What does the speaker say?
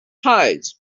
tides